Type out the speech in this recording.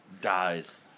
Dies